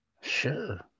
Sure